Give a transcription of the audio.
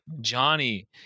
johnny